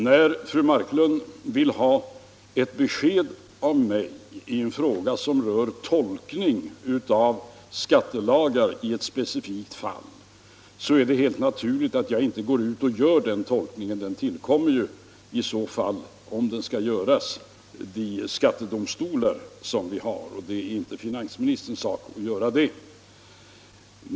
När fru Marklund vill ha besked av mig i en fråga som rör tolkning av skattelagar i ett specifikt fall är det helt naturligt att jag inte gör den tolkningen. Den tillkommer —- om den skall göras — de skattedomstolar vi har. Det är inte finansministerns sak att göra sådana tolkningar.